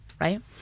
right